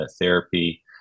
therapy